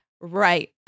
right